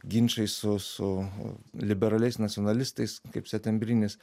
ginčai su su liberaliais nacionalistais kaip setembrinis